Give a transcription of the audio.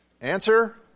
Answer